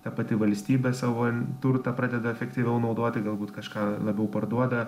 ta pati valstybė savo turtą pradeda efektyviau naudoti galbūt kažką labiau parduoda